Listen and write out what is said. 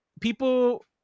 people